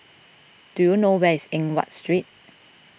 do you know where is Eng Watt Street